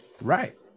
Right